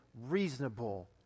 reasonable